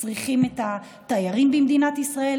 צריכים את התיירים במדינת ישראל,